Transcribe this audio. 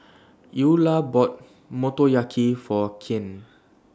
Eula bought Motoyaki For Kyan